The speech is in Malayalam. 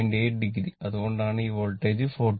8o അതുകൊണ്ടാണ് ഈ വോൾട്ടേജ് 42